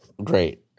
Great